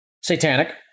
Satanic